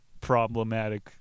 problematic